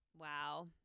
Wow